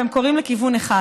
והם קורים בכיוון אחד.